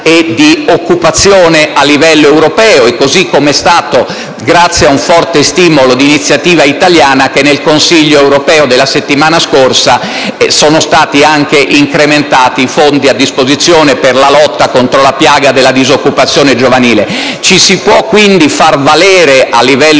e di occupazione a livello europeo. Così come è stato grazie a un forte stimolo d'iniziativa italiana che nel Consiglio europeo della settimana scorsa sono stati incrementati i fondi a disposizione per la lotta contro la piaga della disoccupazione giovanile. Ci si può quindi far valere a livello